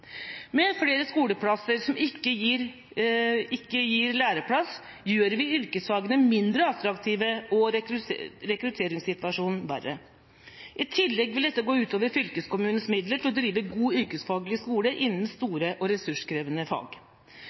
Med flere skoleplasser som ikke gir læreplass, gjør vi yrkesfagene mindre attraktive og rekrutteringssituasjonen verre. I tillegg vil dette gå ut over fylkeskommunens midler til å drive god yrkesfagskole innen store og ressurskrevende fag.